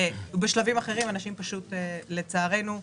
עדיין, לצערנו,